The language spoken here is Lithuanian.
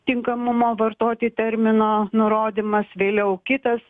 tinkamumo vartoti termino nurodymas vėliau kitas